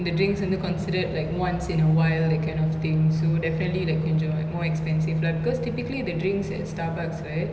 இந்த:intha drinks வந்து:vanthu considered like once in a while that kind of thing so definitely like கொஞ்சோ:konjo more expensive lah because typically the drinks at starbucks right